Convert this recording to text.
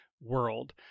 world